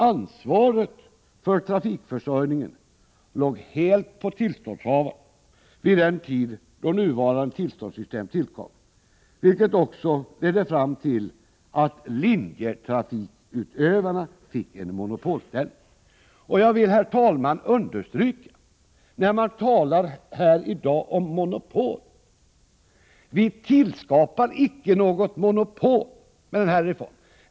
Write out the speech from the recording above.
Ansvaret för trafikförsörjningen låg helt och hållet på tillståndshavarna vid den tid då nuvarande tillståndssystem tillkom, vilket ledde till att linjetrafikutövarna fick en monopolställning. När man i dag talar om monopol vill jag, herr talman, understryka att vi icke tillskapar något monopol med denna reform.